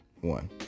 One